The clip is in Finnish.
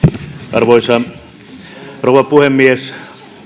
arvoisa rouva puhemies